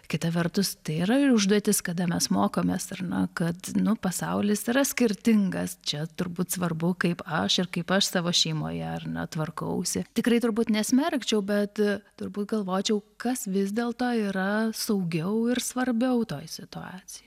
kita vertus tai yra ir užduotis kada mes mokomės ar ne kad nu pasaulis yra skirtingas čia turbūt svarbu kaip aš ir kaip aš savo šeimoje ar ne tvarkausi tikrai turbūt nesmerkčiau bet turbūt galvočiau kas vis dėlto yra saugiau ir svarbiau toj situacijoj